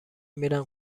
میرم